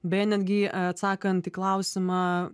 beje netgi atsakant į klausimą